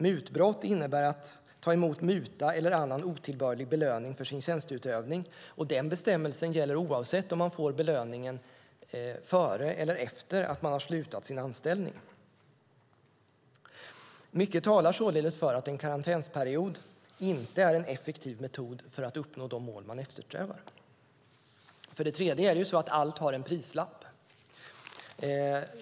Mutbrott innebär att ta emot muta eller annan otillbörlig belöning för sin tjänsteutövning, och den bestämmelsen gäller oavsett om man får belöningen före eller efter det att man har slutat sin anställning. Mycket talar således för att en karantänsperiod inte är en effektiv metod för att uppnå de mål man eftersträvar. För det tredje har allt en prislapp.